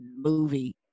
movie